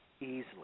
easily